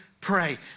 pray